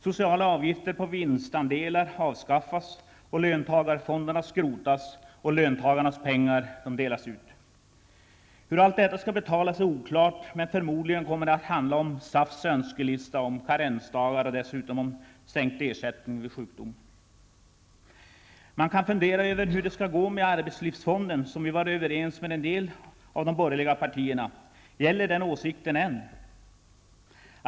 Sociala avgifter på vinstandelar avskaffas. Löntagarfonderna skrotas och löntagarnas pengar delas ut. Hur allt detta skall betalas är oklart, men förmodligen kommer det att handla om SAFs önskelista om karensdagar och dessutom om sänkt ersättning vid sjukdom. Man kan fundera över hur det skall gå med arbetslivsfonden, som vi var överens med en del av de borgerliga partier om före valet. Gäller den åsikten än?